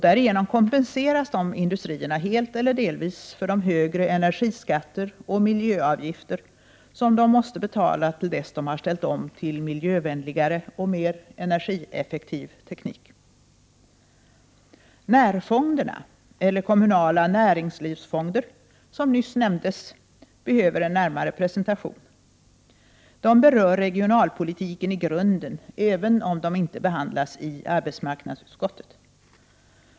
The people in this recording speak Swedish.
Därigenom kompenseras dessa industrier helt eller delvis för de högre energiskatter och miljöavgifter som de måste betala till dess de har ställt om till miljövänligare och mer energieffektiv teknik. Närfonderna — eller kommunala näringslivsfonder — som nyss nämndes, behöver en närmare presentation. De berör regionalpolitiken i grunden, även om de inte behandlas i arbetsmarknadsutskottet.